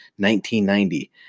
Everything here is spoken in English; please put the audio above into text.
1990